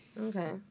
Okay